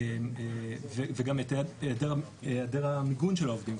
וגם את היעדר המיגון של העובדים.